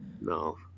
No